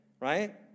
right